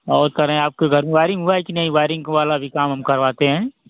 और कह रहें है आपके घर मे वाइरिंग हुआ है कि नहीं वाइरिंग वाला भी काम हम करवाते हैं